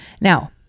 Now